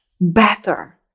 better